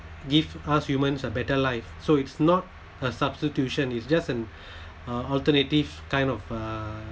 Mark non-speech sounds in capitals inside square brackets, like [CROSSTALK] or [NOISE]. give us humans a better life so it's not a substitution it's just an [BREATH] alternative kind of uh